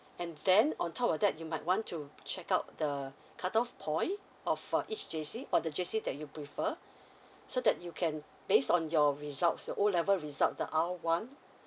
and then on top of that you might want to check out the cut off point of uh each J_C or the J_C that you prefer so that you can based on your results your O level results the L one